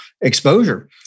exposure